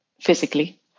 physically